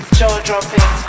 jaw-dropping